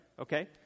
Okay